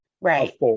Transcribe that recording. Right